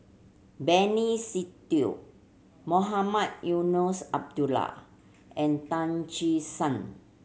Benny Se Teo Mohamed Eunos Abdullah and Tan Che Sang